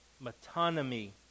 metonymy